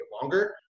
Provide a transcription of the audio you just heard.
longer